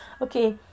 okay